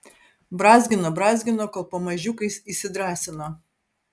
brązgino brązgino kol pamažiukais įsidrąsino